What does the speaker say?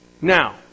Now